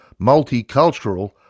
Multicultural